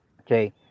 Okay